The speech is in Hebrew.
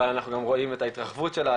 אבל אנחנו גם רואים את ההתרחבות שלה,